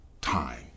time